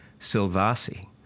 Silvassi